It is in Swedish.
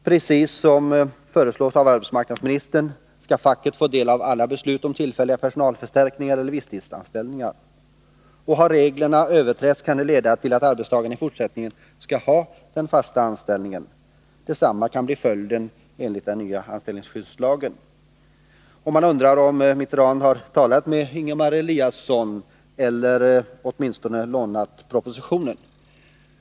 Precis som det föreslås av arbetsmarknadsministern skall facket få del av alla beslut om tillfälliga personalförstärkningar eller visstidsanställningar. Har reglerna överträtts, kan det leda till att arbetstagarna i fortsättningen skall ha den fasta anställningen. Detsamma kan bli följden enligt den nya anställningsskyddslagen. Man undrar om Mitterrand har talat med Ingemar Eliasson eller åtminstone lånat propositionen.